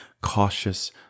cautious